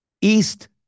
east